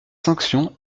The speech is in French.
sanction